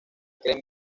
creen